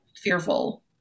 fearful